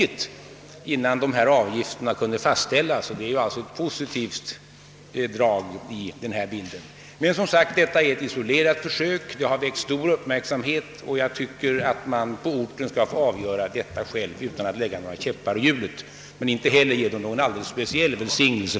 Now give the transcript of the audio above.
om året.» Som herr Krönmark vet har det varit ganska bråkigt innan dessa elevavgifter kunde fastställas, och det är alltså ett positivt inslag i bilden att en lösning kunnat nås. Men som sagt: detta är ett isolerat försök. Det har väckt stor uppmärksamhet, och jag tycker att man på orten själv skall få avgöra saken. Vi bör inte sätta några käppar i hjulet men inte heller ge saken någon speciell välsignelse.